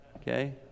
Okay